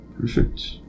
Perfect